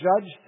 judge